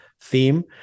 theme